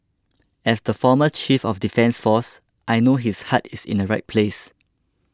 as the former chief of defence force I know his heart is in the right place